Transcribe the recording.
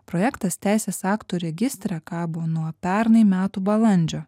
projektas teisės aktų registre kabo nuo pernai metų balandžio